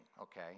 okay